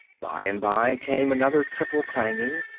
by and by came another triple clanging,